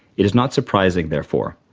it is not surprising, therefore,